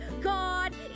God